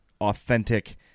authentic